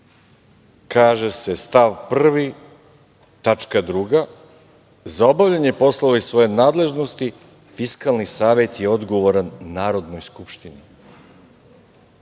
kaže se i stavu 1. tačka 2: „Za obavljanje poslova iz svoje nadležnosti Fiskalni savet je odgovoran Narodnoj skupštini“.